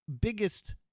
biggest